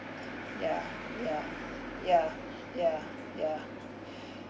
ya ya ya ya ya